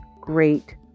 great